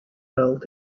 health